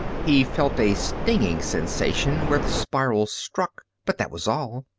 he felt a stinging sensation where the spiral struck, but that was all.